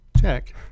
check